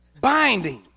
Binding